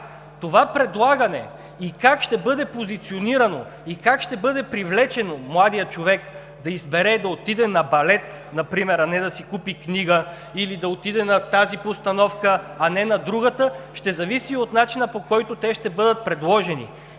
функционира тя. Как ще бъде позиционирано предлагането и как ще бъде привлечен младият човек да избере и да отиде на балет например, а не да си купи книга или да отиде на тази постановка, а не на другата, ще зависи от начина, по който ще бъдат предложени.